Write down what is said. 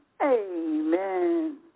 Amen